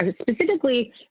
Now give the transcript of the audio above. specifically